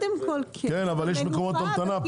כן, אבל יש מקומות המתנה.